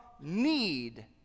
need